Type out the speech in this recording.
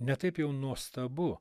ne taip jau nuostabu